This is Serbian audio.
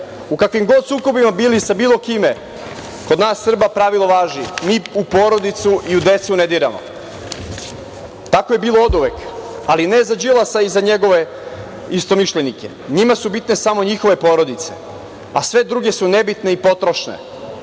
U kakvim god sukobima bili sa bilo kime, kod nas Srba pravilo važi – mi u porodicu i u decu ne diramo. Tako je bilo oduvek, ali ne za Đilasa i za njegove istomišljenike. Njima su bitne samo njihove porodice, a sve druge su nebitne i potrošne. Kako